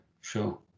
sure